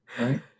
right